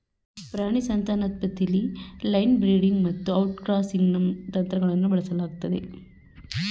ಪ್ರಾಣಿ ಸಂತಾನೋತ್ಪತ್ತಿಲಿ line breeding ಮತ್ತುಔಟ್ಕ್ರಾಸಿಂಗ್ನಂತಂತ್ರವನ್ನುಬಳಸಲಾಗ್ತದೆ